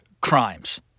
crimes